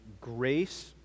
grace